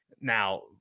Now